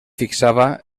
fixava